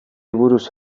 buruz